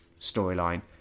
storyline